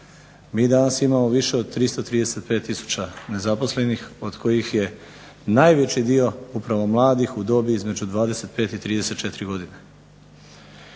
Mi danas imamo više od 335 tisuća nezaposlenih, od kojih je najveći dio upravo mladih u dobi između 25 i 34 godine.